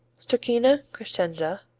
stracchino crescenza,